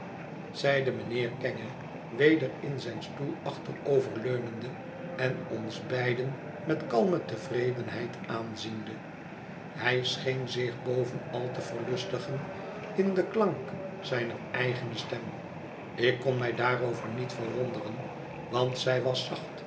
zeide mijnheer kenge weder in zijn stoel achteroverleunende en ons beiden met kalme tevredenheid aanziende hij scheen zich bovenal te verlustigen in den klank zijner eigene stem ik kon mij daarover niet verwonderen want zij was